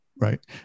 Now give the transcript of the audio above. Right